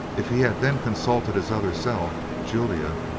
if he had then consulted his other self, julia,